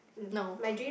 no